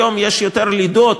היום יש יותר לידות,